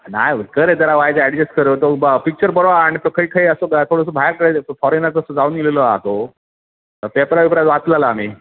नाही करे तर आय ॲडजस्त बा पिक्चर बरोवा आणि तो खई खई असं का थोडंसं बाहेर काढायचं फॉरेनार कसं जाऊन इलेलो आ तो पेपरावेपरा वाचलाला आम्ही